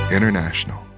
International